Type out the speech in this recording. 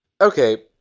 Okay